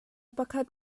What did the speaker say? pakhat